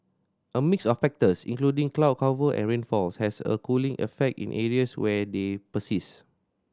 a mix of factors including cloud cover and rainfalls has a cooling effect in areas where they persist